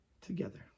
together